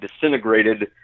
disintegrated